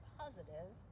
positive